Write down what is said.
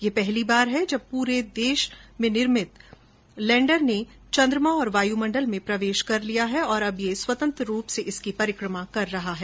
यह पहली बार है जब पूरी तरह से देश में निर्मित लैंडर ने चंद्रमा के वायुमंडल में प्रवेश किया है और यह स्वतंत्र रूप से इसकी परिक्रमा कर रहा है